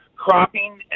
cropping